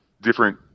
different